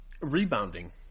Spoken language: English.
rebounding